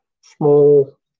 small